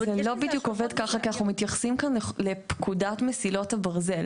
זה לא בדיוק עובד ככה כי אנחנו מתייחסים כאן לפקודת מסילות הברזל.